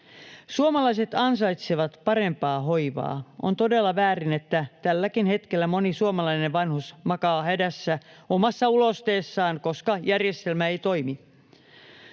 Suomalaiset ansaitsevat parempaa hoivaa. On todella väärin, että tälläkin hetkellä moni suomalainen vanhus makaa hädässä omassa ulosteessaan, koska järjestelmä ei toimi.